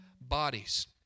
bodies